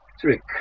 Trick